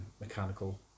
mechanical